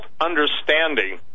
understanding